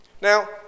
Now